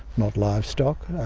not livestock,